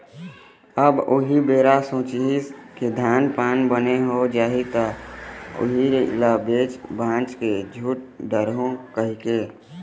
अब उही बेरा सोचिस के धान पान बने हो जाही त उही ल बेच भांज के छुट डारहूँ कहिके